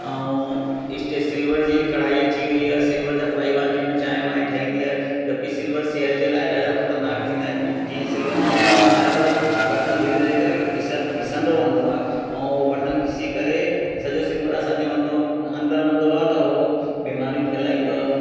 अऊं स्टी सिलवर जी कढ़ाई अची वई आहे सिलवर जा फ्राइव आहे जिनि में चांहि वांहि ठहंदी आहे जबकी सिलवर सिहत जे लाइ ॾाढो ख़तरनाक थींदा आहिनि जीअं सिलवर में खानो ठाहे त बर्तन धीरे धीरे करे घिस घिसंदो वेंदो आहे ऐं उहो बर्तन घिसी करे सॼो सिलवर असांजे वेंदो अंदर वेंदो आहे त हो बीमारियूं फहिलाईंदो आहे